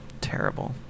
Terrible